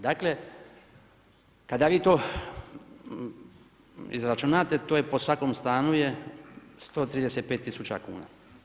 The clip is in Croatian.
Dakle kada vi to izračunate to je po svakom stanu 135 tisuća kuna.